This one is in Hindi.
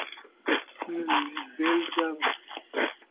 बेल्ट का